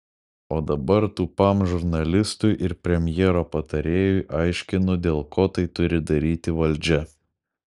o dabar tūpam žurnalistui ir premjero patarėjui aiškinu dėl ko tai turi daryti valdžia